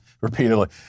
repeatedly